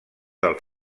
del